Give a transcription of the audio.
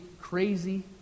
crazy